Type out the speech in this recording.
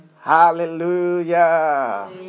hallelujah